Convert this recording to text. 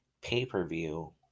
pay-per-view